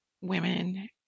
women